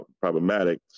problematic